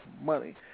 money